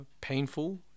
painful